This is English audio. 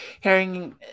hearing